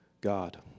God